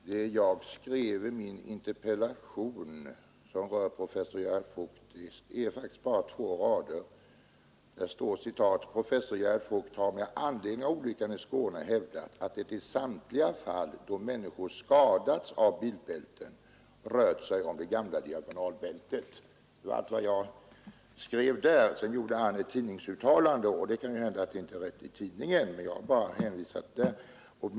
Herr talman! Det jag skrev i min interpellation som rör professor Gerhard Voigt är bara två rader. Där står: ”Professor Gerhard Voigt har med anledning av. olyckan i Skåne hävdat, att det i samtliga fall då människor skadats av bilbälten rört sig om det gamla diagonalbältet.” Detta var allt jag skrev där. Sedan gjorde han ett tidningsuttalande, som kanske inte är korrekt återgivet i tidningen, men jag har bara hänvisat till detta andra uttalande.